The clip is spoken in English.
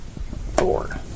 Four